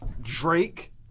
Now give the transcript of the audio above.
drake